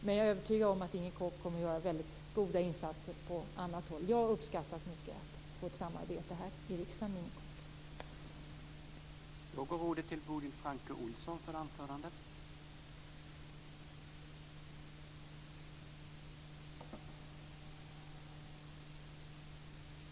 Men jag är övertygad om att hon kommer att göra väldigt goda insatser på annat håll. Jag har uppskattat mycket att få samarbeta här i riksdagen med Inger Koch.